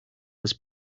was